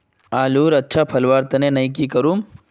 आलूर अच्छा फलवार तने नई की करूम?